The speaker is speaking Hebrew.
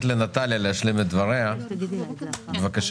לנטליה להשלים את דבריה, בבקשה.